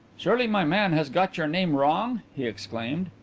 surely my man has got your name wrong? he exclaimed.